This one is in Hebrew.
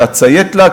ואציית לה,